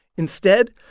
instead,